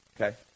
okay